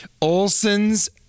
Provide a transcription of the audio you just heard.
Olson's